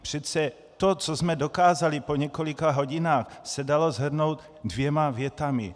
Přece to, co jsme dokázali po několika hodinách, se dalo shrnout dvěma větami.